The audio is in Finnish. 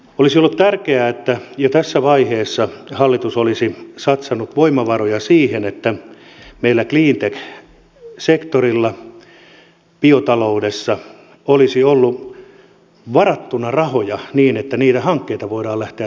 olisi ollut tärkeää että hallitus olisi jo tässä vaiheessa satsannut voimavaroja siihen että meillä cleantech sektorilla biotaloudessa olisi ollut varattuna rahoja niin että niitä hankkeita voidaan lähteä toteuttamaan